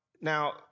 now